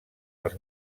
els